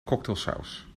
cocktailsaus